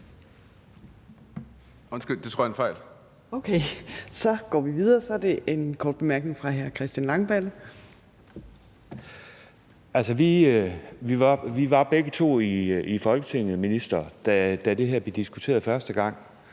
vi var begge to i Folketinget, minister, da det her blev diskuteret første gang,